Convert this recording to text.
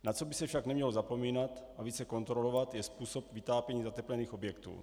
Na co by se však nemělo zapomínat a více kontrolovat, je způsob vytápění zateplených objektů.